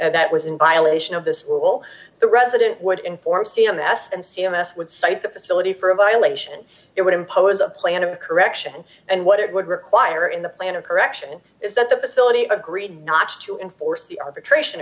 and that was in violation of this will the resident would inform c m s and c m s would cite the facility for a violation it would impose a plan a correction and what it would require in the plan of correction is that the facility agreed not to enforce the arbitration